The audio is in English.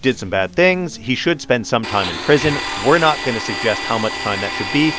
did some bad things. he should spend some time in prison. we're not going to suggest how much time that should be,